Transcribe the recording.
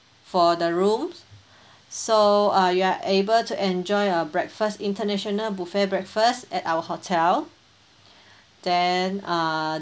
for the rooms so uh you are able to enjoy a breakfast international buffet breakfast at our hotel then uh